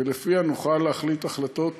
ולפיה נוכל להחליט החלטות